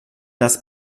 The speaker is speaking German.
das